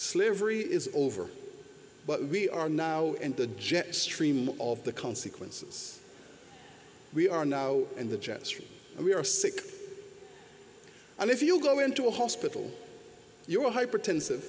slivery is over but we are now and the jet stream of the consequences we are now in the jet stream we are sick and if you go into a hospital you will hypertensive